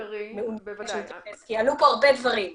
מעוניינת שאתייחס אליהם כי עלו פה הרבה דברים.